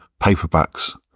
Paperbacks